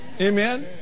Amen